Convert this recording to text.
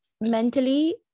mentally